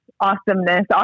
awesomeness